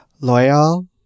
loyal